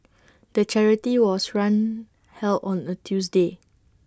the charity was run held on A Tuesday